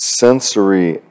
sensory